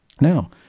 Now